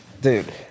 Dude